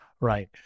right